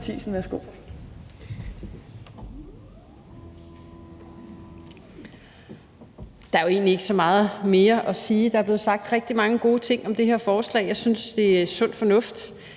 egentlig ikke så meget mere at sige, for der er blevet sagt rigtig mange gode ting om det her forslag. Jeg synes, det er sund fornuft,